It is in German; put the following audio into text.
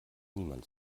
niemand